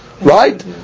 right